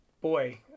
boy